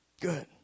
Good